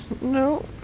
No